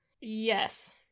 Yes